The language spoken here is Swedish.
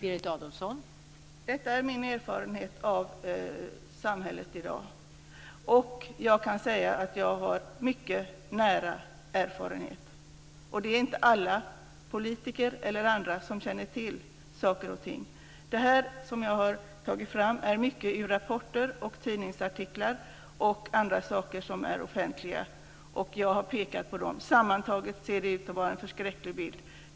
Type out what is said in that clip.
Fru talman! Detta är min erfarenhet av samhället i dag. Jag har mycket nära erfarenhet. Det är inte alla, politiker eller andra, som känner till saker och ting. Det som jag har tagit fram är till stor del ur rapporter, tidningsartiklar och andra saker som är offentliga. Jag har pekat på dem. Sammantaget ser det ut att vara en förskräcklig bild.